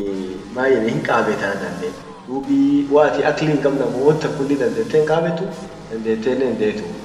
maeden hinkabetaa dandee dub waatin akli hinkabn wontan kulli dandete hinkabetu dandeteenen hindetuu